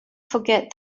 forget